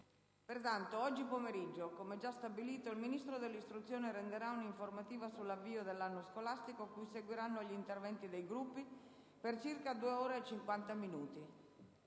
ottobre. Oggi pomeriggio, come già stabilito, il Ministro dell'istruzione renderà un'informativa sull'avvio dell'anno scolastico, cui seguiranno gli interventi dei Gruppi per circa 2 ore e 50 minuti.